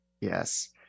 Yes